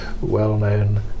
well-known